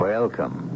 Welcome